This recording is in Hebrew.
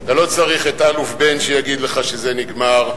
אתה לא צריך את אלוף בן שיגיד לך שזה נגמר.